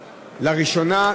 לראשונה,